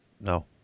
no